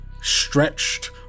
stretched